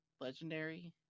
legendary